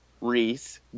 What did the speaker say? Reese